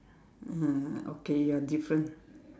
ah okay you are different